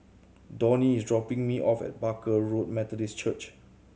Donnie is dropping me off at Barker Road Methodist Church